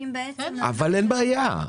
אבל אין בעיה.